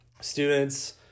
students